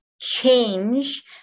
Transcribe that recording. change